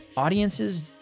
Audiences